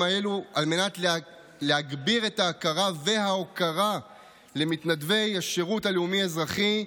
האלו על מנת להגביר את ההכרה וההוקרה למתנדבי השירות הלאומי-אזרחי,